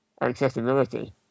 accessibility